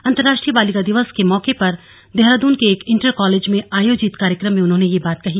अन्तर्राष्ट्रीय बालिका दिवस के मौके पर देहरादून के एक इन्टर कॉलेज में आयोजित कार्यक्रम में उन्होंने ये बात कही